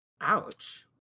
Ouch